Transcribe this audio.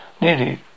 nearly